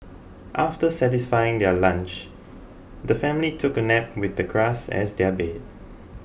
after satisfying their lunch the family took a nap with the grass as their bed